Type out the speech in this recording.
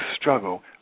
struggle